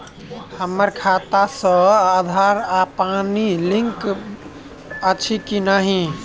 हम्मर खाता सऽ आधार आ पानि लिंक अछि की नहि?